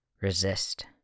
Resist